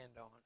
on